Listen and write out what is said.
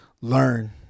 learn